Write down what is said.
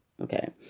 Okay